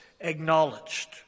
acknowledged